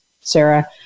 Sarah